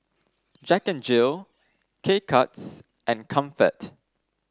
Jack Jill K Cuts and Comfort